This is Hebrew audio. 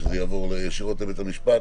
שזה יעבור ישירות לבית המשפט,